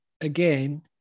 again